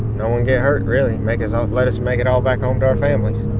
no one get hurt, really, make us all let us make it all back home to our families